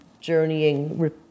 journeying